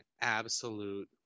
absolute